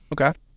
Okay